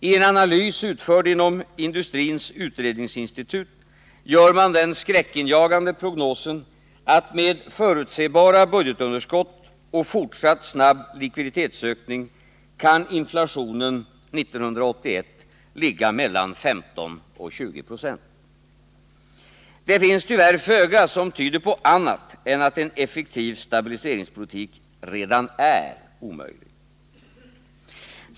I en analys utförd inom Industrins utredningsinstitut gör man den skräckinjagande prognosen att med förutsebara budgetunderskott och fortsatt snabb likviditetsökning kan inflationen 1981 ligga mellan 15 och 20 96. Det finns tyvärr föga som tyder på annat än att en effektiv stabiliseringspolitik redan är omöjlig.